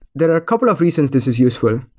there are couple of reasons this is useful.